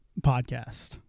podcast